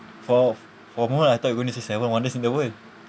for for a moment I thought you were going to say seven wonders in the world